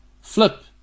Flip